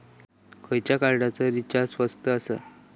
खयच्या कार्डचा रिचार्ज स्वस्त आसा?